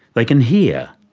they can hear.